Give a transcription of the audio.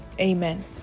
Amen